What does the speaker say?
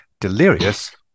delirious